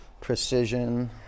precision